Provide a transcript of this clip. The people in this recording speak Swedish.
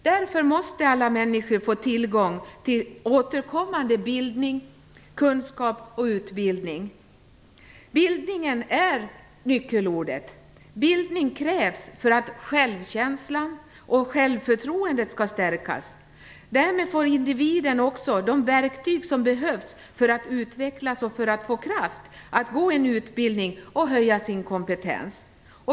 Därför måste alla människor få tillgång till återkommande bildning, kunskap och utbildning. Bildning är nyckelordet. Bildning krävs för att självkänslan och självförtroendet skall stärkas. Därmed får individen också de verktyg som behövs för att utvecklas och för att få kraft att gå en utbildning och höja sin kompetens.